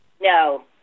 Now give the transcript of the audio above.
No